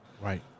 right